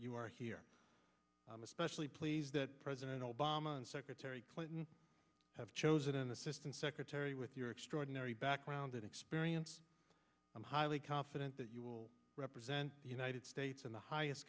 you are here i'm especially pleased that president obama and secretary clinton have chosen an assistant secretary with your extraordinary background and experience i'm highly confident that you will represent the united states in the highest